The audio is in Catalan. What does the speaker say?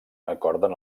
acorden